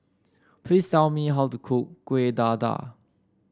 please tell me how to cook Kuih Dadar